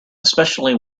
especially